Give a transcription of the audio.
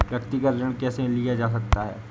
व्यक्तिगत ऋण कैसे लिया जा सकता है?